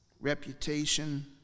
Reputation